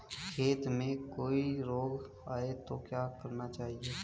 खेत में कोई रोग आये तो क्या करना चाहिए?